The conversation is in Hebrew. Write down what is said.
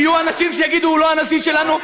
יהיו אנשים שיגידו: הוא לא הנשיא שלנו,